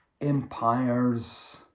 empires